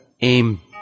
aim